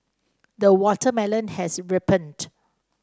the watermelon has ripened